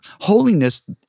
holiness